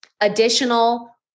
additional